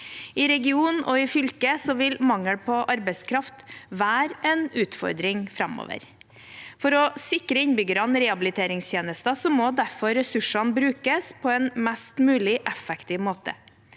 I regionen og i fylket vil mangel på arbeidskraft være en utfordring framover. For å sikre innbyggerne rehabiliteringstjenester må derfor ressursene brukes på en mest mulig effektiv måte.